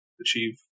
achieve